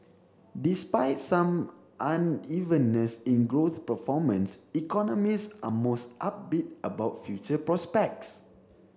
despite some unevenness in growth performance economist are mostly upbeat about future prospects